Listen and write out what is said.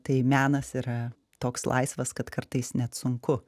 tai menas yra toks laisvas kad kartais net sunku